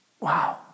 Wow